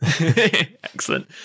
Excellent